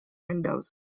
windows